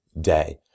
day